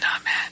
Amen